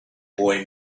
boy